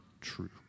true